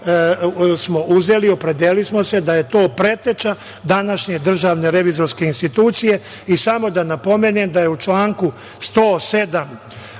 smo uzeli, opredeli smo se da je to preteča današnje državne revizorske institucije i samo da napomenem da je u članu 107.